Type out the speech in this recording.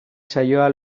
saioa